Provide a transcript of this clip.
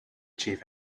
chief